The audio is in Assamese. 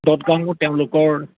দত গাঙো তেওঁলোকৰ